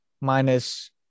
minus